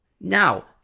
Now